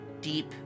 Deep